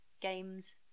games